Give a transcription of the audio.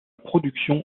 production